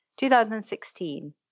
2016